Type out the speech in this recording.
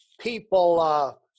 people